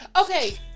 Okay